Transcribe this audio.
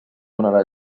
donarà